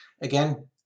again